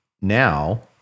now